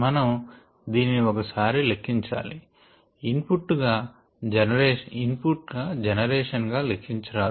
మనము దీనిని ఒక సారె లెక్కించాలి ఇన్ ఫుట్ గా జెనరేషన్ గా లెక్కించ రాదు